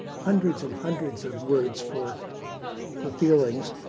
hundreds and hundreds of words for for feelings,